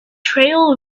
trail